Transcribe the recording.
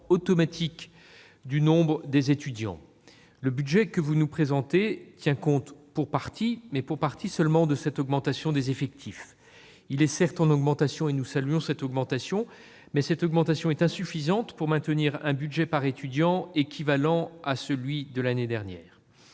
automatique du nombre d'étudiants. Le budget que vous présentez tient compte pour partie, pour partie seulement, de cette augmentation des effectifs. Il est certes en augmentation, ce que nous saluons, mais insuffisamment pour maintenir un budget par étudiant équivalent à celui de l'année dernière.